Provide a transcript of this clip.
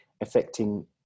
affecting